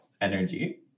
energy